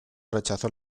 rechazó